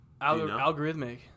Algorithmic